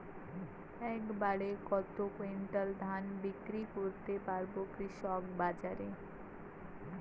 এক বাড়ে কত কুইন্টাল ধান বিক্রি করতে পারবো কৃষক বাজারে?